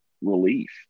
relief